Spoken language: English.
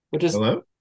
Hello